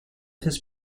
this